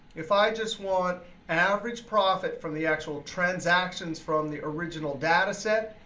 if i just want average profit from the actual transactions from the original data set,